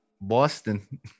Boston